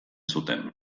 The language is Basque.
zuten